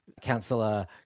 Councillor